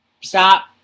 Stop